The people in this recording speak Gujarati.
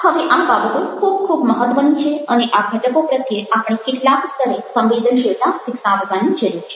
હવે આ બાબતો ખૂબ ખૂબ મહત્ત્વની છે અને આ ઘટકો પ્રત્યે આપણે કેટલાક સ્તરે સંવેદનશીલતા વિકસાવવાની જરૂર છે